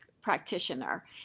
practitioner